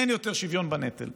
אין יותר שוויון בנטל.